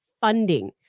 funding